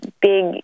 big